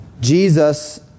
Jesus